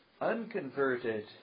Unconverted